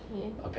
mmhmm